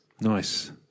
Nice